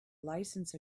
license